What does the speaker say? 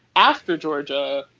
after georgia.